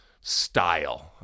style